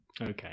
okay